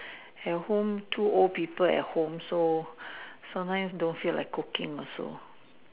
at home two old people at home so sometimes don't feel like cooking also